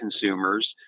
consumers